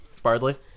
bardley